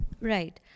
Right